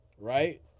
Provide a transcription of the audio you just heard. right